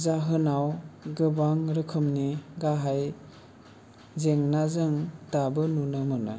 जाहोनाव गोबां रोखामनि गाहाय जेंनाजों दाबो नुनो मोनो